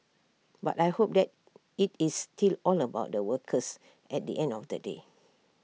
but I hope that IT is still all about the workers at the end of the day